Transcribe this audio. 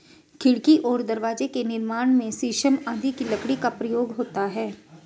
खिड़की और दरवाजे के निर्माण में शीशम आदि की लकड़ी का प्रयोग होता है